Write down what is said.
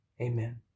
Amen